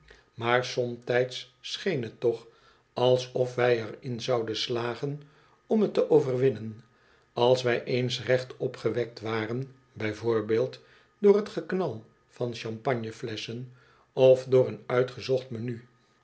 maar somtijds scheen het toch alsof wij er in zouden slagen om het te overwinnen als wij eens recht opgewekt waren bij voorbeeld door het geknal van de champagneflesschon of door een uitgezocht menu